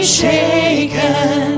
shaken